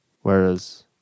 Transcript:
whereas